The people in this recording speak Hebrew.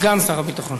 סגן שר הביטחון,